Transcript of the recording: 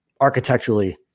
architecturally